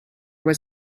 was